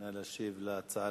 נא להשיב על ההצעה